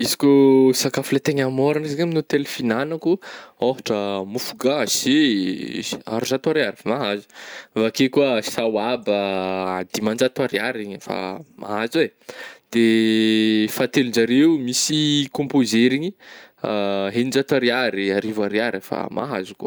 Izy kô sakafo le tegna mora, izy ndray amin'ny hôtely fignanako ôhatra mofogasy eh arizato ariary mahazo avy akeo koa sawaba dimanjato ariary fa mahazo eh, de fahatelon-jareo misy kômpôze regny eninajato ariary arivo ariary fa mahazo koa.